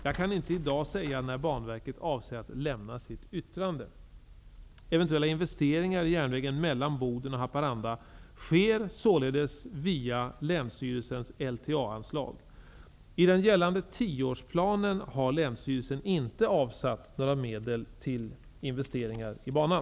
Jag kan inte i dag säga när Banverket avser att lämna sitt yttrande. Eventuella investeringar i järnvägen mellan Boden och Haparanda sker således via länsstyrelsens LTA anslag. I den gällande 10-årsplanen har länsstyrelsen inte avsatt några medel till investeringar i banan.